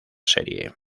serie